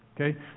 Okay